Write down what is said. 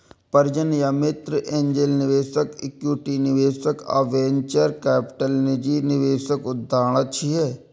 परिजन या मित्र, एंजेल निवेशक, इक्विटी निवेशक आ वेंचर कैपिटल निजी निवेशक उदाहरण छियै